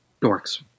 dorks